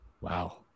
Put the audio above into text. wow